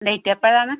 date എപ്പോഴാണ്